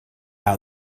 out